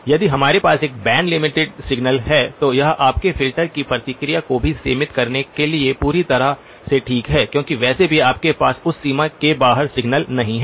यदि हमारे पास एक बैंड लिमिटेड सिग्नल है तो यह आपके फिल्टर की प्रतिक्रिया को भी सीमित करने के लिए पूरी तरह से ठीक है क्योंकि वैसे भी आपके पास उस सीमा के बाहर सिग्नल नहीं है